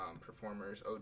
performers